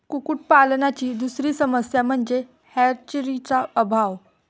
कुक्कुटपालनाची दुसरी समस्या म्हणजे हॅचरीचा अभाव